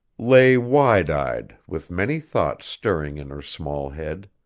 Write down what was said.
lay wide-eyed with many thoughts stirring in her small head.